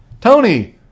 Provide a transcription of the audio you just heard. Tony